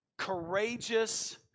courageous